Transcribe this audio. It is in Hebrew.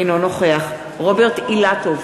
אינו נוכח רוברט אילטוב,